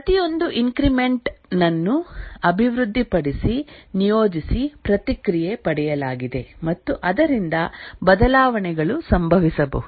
ಪ್ರತಿಯೊಂದು ಇಂಕ್ರಿಮೆಂಟ್ ನನ್ನು ಅಭಿವೃದ್ಧಿಪಡಿಸಿ ನಿಯೋಜಿಸಿ ಪ್ರತಿಕ್ರಿಯೆ ಪಡೆಯಲಾಗಿದೆ ಮತ್ತು ಅದರಿಂದ ಬದಲಾವಣೆಗಳು ಸಂಭವಿಸಬಹುದು